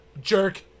Jerk